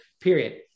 period